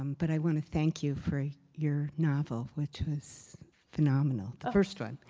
um but i want to thank you for your novel, which is phenomenal, the first one.